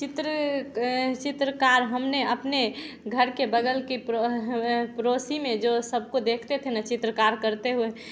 चित्र चित्रकार हमने अपने घर के बगल की पड़ोसी में जो सबको देखते थे न चित्रकार करते हुए